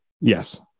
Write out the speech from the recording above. Yes